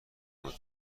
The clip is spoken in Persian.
بود